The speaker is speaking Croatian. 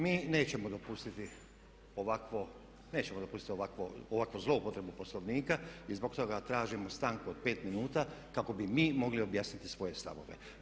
Mi nećemo dopustiti ovakvo, nećemo dopustiti ovakvu zloupotrebu Poslovnika i zbog toga tražimo stanku od 5 minuta kako bi mi mogli objasniti svoje stavove.